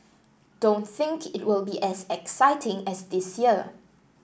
don't think it will be as exciting as this year